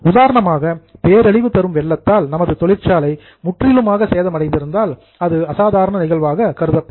உதாரணமாக டிவேஸ்ட்டேட்டிங் பேரழிவு தரும் வெள்ளத்தால் நமது தொழிற்சாலை முற்றிலும் டெஸ்ட்ராய்ட் சேதம் அடைந்திருந்தால் அது அசாதாரண நிகழ்வாக கருதப்படும்